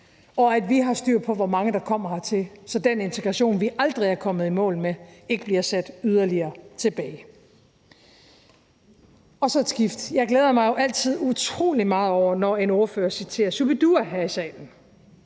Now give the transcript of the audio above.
og hvor vi har styr på, hvor mange der kommer hertil, så den integration, vi aldrig er kommet i mål med, ikke bliver sat yderligere tilbage. Så skifter jeg emne. Jeg glæder mig jo altid utrolig meget over det, når en ordfører citerer Shu-bi-dua her i salen.